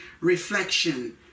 Reflection